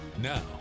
Now